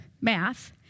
math